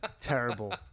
terrible